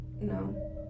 No